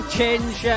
change